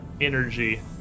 energy